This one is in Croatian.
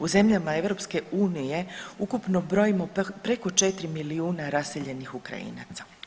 U zemljama EU ukupno brojimo preko 4 milijuna raseljenih Ukrajinaca.